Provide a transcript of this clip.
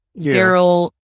Daryl